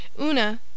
Una